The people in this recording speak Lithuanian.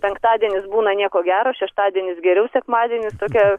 penktadienis būna nieko gero šeštadienis geriau sekmadienis tokia